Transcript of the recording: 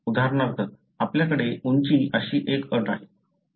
उदाहरणार्थ आपल्याकडे उंची अशी एक अट आहे